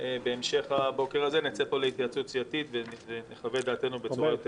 בהמשך הבוקר הזה נצא מפה להתייעצות סיעתית ונחווה דעתנו בצורה יותר